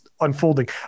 unfolding